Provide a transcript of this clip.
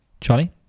charlie